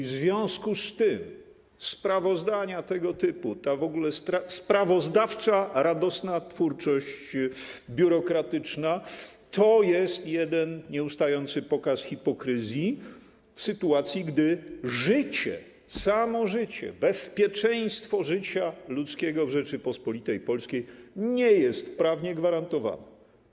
W związku z tym sprawozdania tego typu, ta sprawozdawcza radosna twórczość biurokratyczna to jest jeden nieustający pokaz hipokryzji w sytuacji, gdy życie, samo życie, bezpieczeństwo życia ludzkiego w Rzeczypospolitej Polskiej nie jest prawnie gwarantowane.